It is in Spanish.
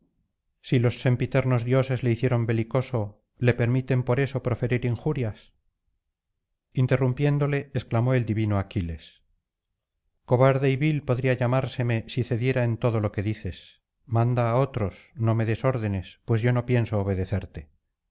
si los sempiternos dioses le hicieron belicoso le permiten por esto proferir injurias interrumpiéndole exclamó el divino aquiles cobarde y vil podría llamárseme si cediera en todo lo que dices manda á otros no me des órdenes pues yo no pienso obedecerte